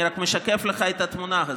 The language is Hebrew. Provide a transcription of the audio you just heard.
אני רק משקף לך את התמונה הזאת.